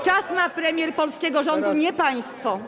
Czas ma premier polskiego rządu, nie państwo.